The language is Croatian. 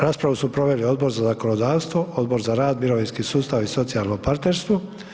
Raspravu su proveli Odbor za zakonodavstvo, Odbor za rad, mirovinski sustav i socijalno partnerstvo.